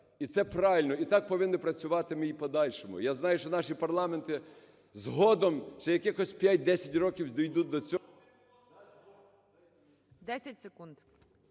і це правильно, і так повинні працювати ми в подальшому. Я знаю, що наші парламенти згодом, через якихось 5-10 років, дійдуть до цього…